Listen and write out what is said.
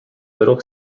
little